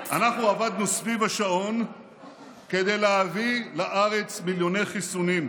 אנחנו עבדנו סביב השעון כדי להביא לארץ מיליוני חיסונים.